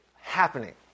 happening